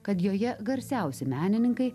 kad joje garsiausi menininkai